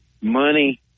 money